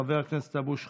חבר הכנסת אבו שחאדה,